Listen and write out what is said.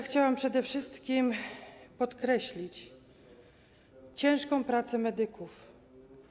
Chciałam przede wszystkim podkreślić ciężką pracę medyków.